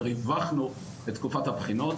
וריווחנו את תקופת הבחינות,